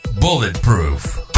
bulletproof